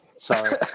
Sorry